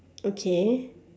okay